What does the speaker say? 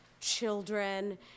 children